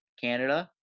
Canada